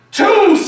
Two